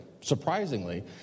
surprisingly